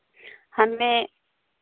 हमें